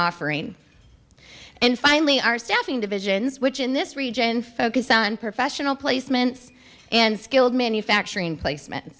offering and finally our staffing divisions which in this region focus on professional placements and skilled manufacturing placement